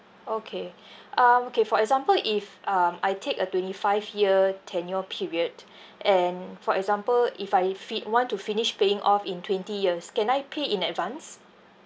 okay um okay for example if um I take a twenty five year tenure period and for example if I fi~ want to finish paying off in twenty years can I pay in advance